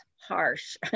harsh